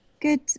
good